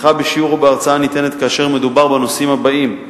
התמיכה בשיעור או בהרצאה ניתנת כאשר מדובר בנושאים הבאים: